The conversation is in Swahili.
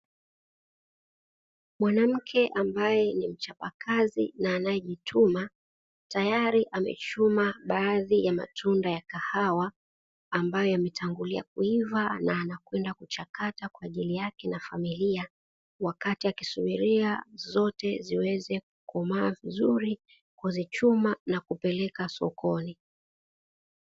Mwanamke ambaye ni mchapa kazi na anayejituma, tayari amechoma baadhi ya matunda ya kahawa ambayo ametangulia kuiva na anakwenda kuchakata kwa ajili yake na familia, wakati akisubiria zote ziweze kukomaa vizuri kuzichuma na kupeleka sokoni.